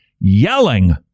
yelling